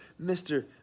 Mr